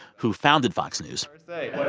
who founded fox news what